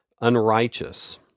unrighteous